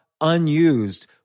unused